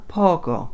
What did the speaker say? poco